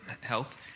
health